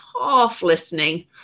half-listening